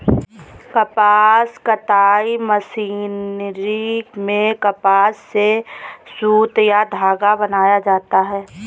कपास कताई मशीनरी में कपास से सुत या धागा बनाया जाता है